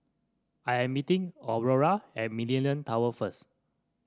I am meeting Aurora at Millenia Tower first